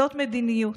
זאת מדיניות.